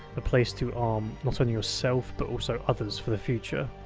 a place to arm not only yourself, but also others, for the future.